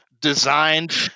Designed